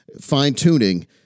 fine-tuning